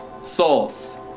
souls